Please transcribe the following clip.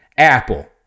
Apple